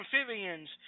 amphibians